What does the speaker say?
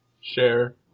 share